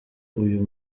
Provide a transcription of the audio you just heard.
uyu